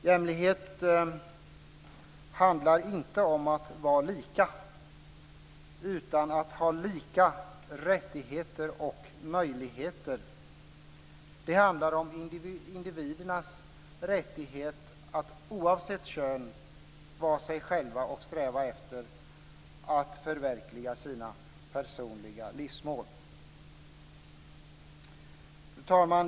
Jämlikhet handlar inte om att vara lika utan om att ha lika rättigheter och möjligheter. Det handlar om individers rättighet att, oavsett kön, vara sig själva och sträva efter att förverkliga sina personliga livsmål. Fru talman!